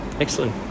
Excellent